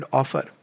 offer